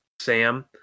Sam